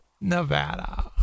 Nevada